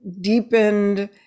deepened